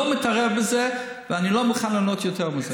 אני לא מתערב בזה ואני לא מוכן לענות יותר מזה.